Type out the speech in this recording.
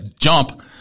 jump